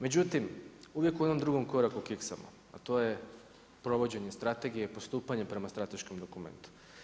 Međutim, uvijek u onom drugom koraku kiksamo, a to je provođenje strategije u postupanje prema strateškom dokumentu.